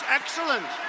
excellent